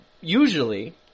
usually